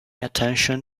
attention